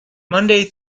monday